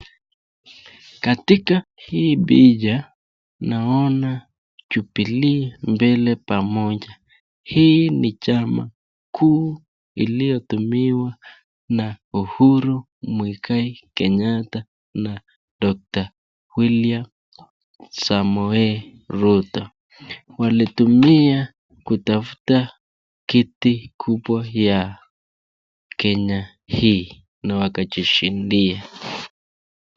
Katika hii picha naona Jubilee Mbele Pamoja. Hii ni chama kuu iliyotumiwa na Uhuru Muigai Kenyatta na doctor William Samoei Ruto. Walitumia kutafuta kiti kubwa ya Kenya hii na wakajishindia.